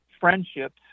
friendships